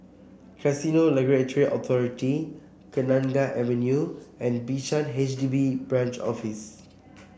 Casino Regulatory Authority Kenanga Avenue and Bishan H D B Branch Office